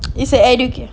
it's uh educate